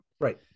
Right